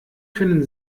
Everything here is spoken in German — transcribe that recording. können